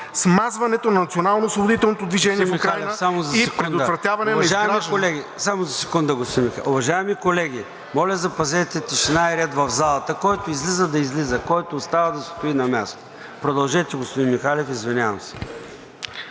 смазването на национално-освободителното движение в Украйна и предотвратяване изграждането